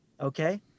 Okay